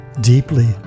deeply